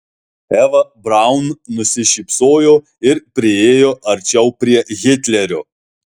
eva braun nusišypsojo ir priėjo arčiau prie hitlerio